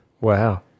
Wow